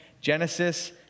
Genesis